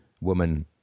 woman